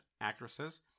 actresses